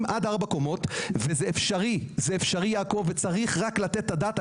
זה אפשרי, וצריך לתת על זה את הדעת.